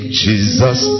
jesus